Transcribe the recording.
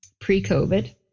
pre-COVID